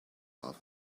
half